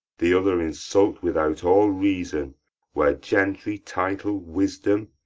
the other insult without all reason where gentry, title, wisdom,